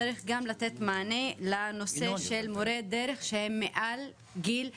צריך גם לתת מענה לנושא של מורי הדרך שהם מעל גיל 67,